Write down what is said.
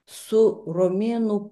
su romėnų